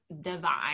Divine